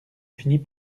finit